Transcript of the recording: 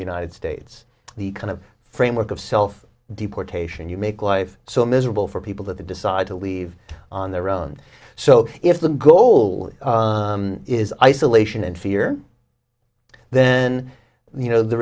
the united states the kind of framework of self deportation you make life so miserable for people that they decide to leave on their own so if the goal is isolation and fear then you know the